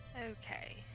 Okay